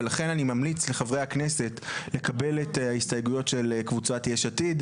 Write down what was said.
ולכן אני ממליץ לחברי הכנסת לקבל את ההסתייגויות של קבוצת יש עתיד,